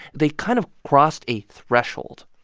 they kind of crossed a threshold.